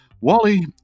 Wally